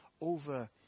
over